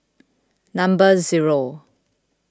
number zero